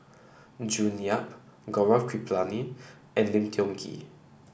June Yap Gaurav Kripalani and Lim Tiong Ghee